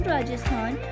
Rajasthan